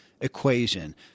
equation